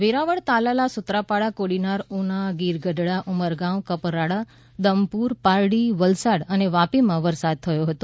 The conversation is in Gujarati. વેરાવળ તાલાલ સુત્રાપાડા કોડીનાર ઉના ગીર ગઢડા ઉંમરગામ કપરાડા દમપુર પારડી વલસાડ અને વાપીમાં વરસાદ થયો હતો